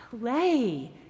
play